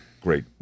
great